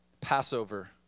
Passover